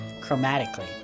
chromatically